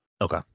Okay